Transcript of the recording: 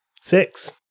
Six